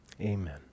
Amen